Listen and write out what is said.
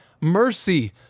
Mercy